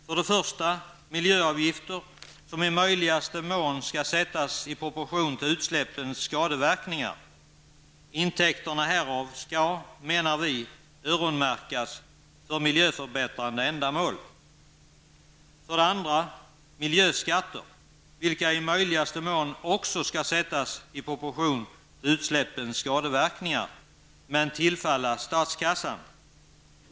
För det första kan man införa miljöavgifter som i möjligaste mån skall sättas i proportion till utsläppens skadeverkningar. Vi menar att intäkterna härav skall öronmärkas för miljöförbättrande ändamål. För det andra kan man ha miljöskatter, vilka i möjligaste mån också skall sättas i proportion till utsläppens skadeverkningar, men de skall tillfalla statskassan.